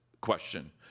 question